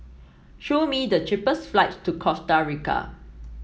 show me the cheapest flights to Costa Rica